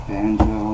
Banjo